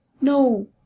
No